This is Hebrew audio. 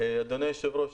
אדוני היושב-ראש,